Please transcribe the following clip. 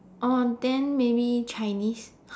oh then maybe Chinese